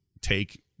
take